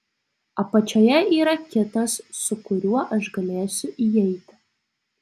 apačioje yra kitas su kuriuo aš galėsiu įeiti